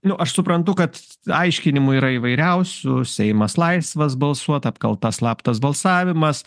nu aš suprantu kad aiškinimų yra įvairiausių seimas laisvas balsuot apkalta slaptas balsavimas